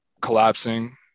collapsing